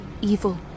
evil